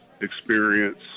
experience